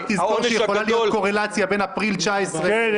רק תזכור שיכולה להיות קורלציה בין אפריל 2019 --- 2020.